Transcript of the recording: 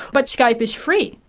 but skype is free.